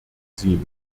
sie